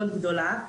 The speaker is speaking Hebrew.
מאוד גדולה.